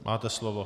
Máte slovo.